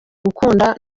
gukunda